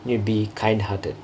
you need to be kind hearted